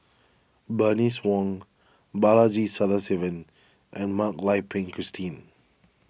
Bernice Wong Balaji Sadasivan and Mak Lai Peng Christine